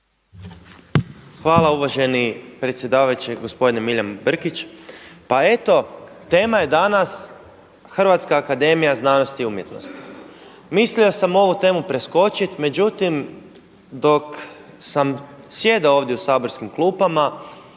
Hvala uvaženi predsjedavajući gospodine Milijan Brkić. Pa eto, tema je danas HAZU. Mislio sam ovu temu preskočiti međutim dok sam sjedao ovdje u saborskim klupama